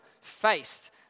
faced